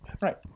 Right